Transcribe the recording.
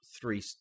three